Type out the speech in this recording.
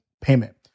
payment